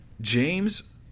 James